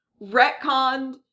retconned